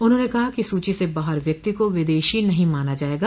उन्होंने कहा कि सूची से बाहर व्यक्ति को विदेशी नहीं माना जायेगा